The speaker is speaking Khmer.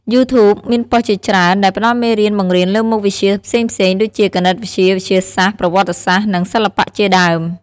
យូធូប (YouTube) មានប៉ុស្តិ៍ជាច្រើនដែលផ្តល់មេរៀនបង្រៀនលើមុខវិជ្ជាផ្សេងៗ ដូចជាគណិតវិទ្យា វិទ្យាសាស្ត្រ ប្រវត្តិសាស្ត្រ និងសិល្បៈជាដើម។